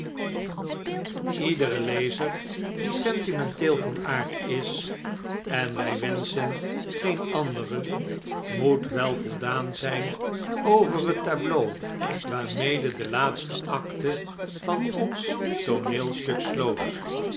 ere lezer die sentimenteel van aard is en wij wenschen geen andere moet p tj p wel voldaan zijn over het tableau waarmede de laatste akte van ons tooneelstuk pip sloot